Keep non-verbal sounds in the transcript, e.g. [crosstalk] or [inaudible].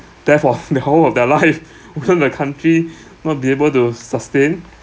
therefore [laughs] the whole of their life [laughs] wouldn't the country [breath] not be able to sustain